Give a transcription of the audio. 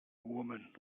woman